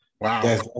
Wow